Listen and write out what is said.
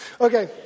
Okay